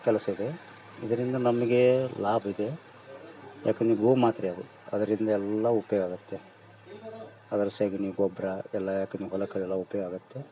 ಕೆಲಸ ಇದೆ ಇದ್ರಿಂದ ನಮ್ಗೆ ಲಾಭ ಇದೆ ಯಾಕಂದ್ರೆ ಗೋಮಾತೆ ಅದು ಅದ್ರಿಂದ ಎಲ್ಲ ಉಪ್ಯೋಗಾಗುತ್ತೆ ಅದ್ರ ಸಗಣಿ ಗೊಬ್ಬರ ಎಲ್ಲ ಹೊಲಕ್ಕೆ ಅದೆಲ್ಲ ಉಪ್ಯೋಗಾಗುತ್ತೆ